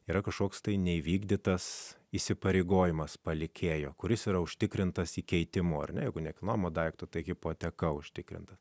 yra kažkoks tai neįvykdytas įsipareigojimas palikėjo kuris yra užtikrintas įkeitimu ar negu nekilnojamo daikto tai hipoteka užtikrintą